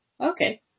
Okay